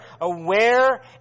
aware